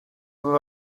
all